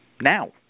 now